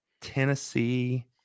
Tennessee